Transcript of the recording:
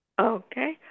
okay